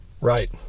right